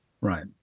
Right